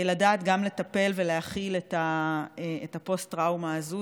לדעת גם לטפל ולהכיל את הפוסט-טראומה הזו.